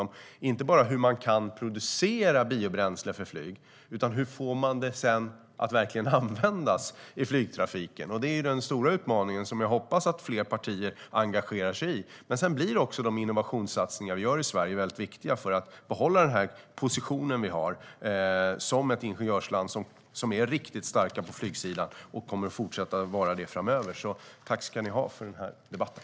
Det handlar då inte bara om hur man kan producera biobränsle för flyg utan också om hur man sedan får det att verkligen användas i flygtrafiken. Det är den stora utmaningen, som jag hoppas att fler partier engagerar sig i. Sedan blir också de innovationssatsningar vi gör i Sverige viktiga för att behålla den position vi har som ett ingenjörsland som är riktigt starkt på flygsidan och som kommer att fortsätta att vara det framöver. Tack ska ni ha för debatten!